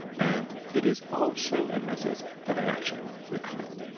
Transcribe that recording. and it is also a method that i actually recommend.